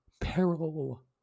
Peril